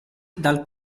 dal